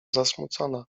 zasmucona